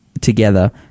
together